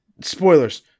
Spoilers